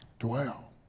Dwell